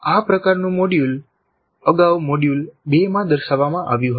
આ પ્રકારનું મોડ્યુલ અગાઉ મોડ્યુલ 2 માં દર્શાવવામાં આવ્યું હતું